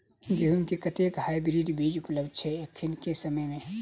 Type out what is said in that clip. गेंहूँ केँ कतेक हाइब्रिड बीज उपलब्ध छै एखन केँ समय मे?